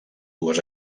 dues